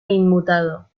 inmutado